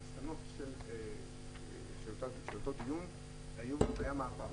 המסקנות של אותו דיון, היה מהפך